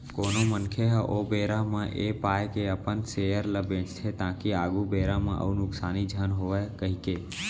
कोनो मनखे ह ओ बेरा म ऐ पाय के अपन सेयर ल बेंचथे ताकि आघु बेरा म अउ नुकसानी झन होवय कहिके